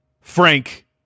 Frank